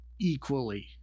Equally